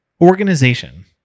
organization